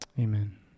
Amen